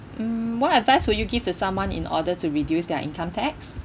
mm what advice would you give to someone in order to reduce their income tax